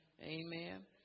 Amen